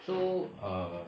so err